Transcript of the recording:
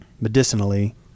medicinally